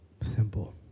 Simple